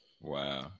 Wow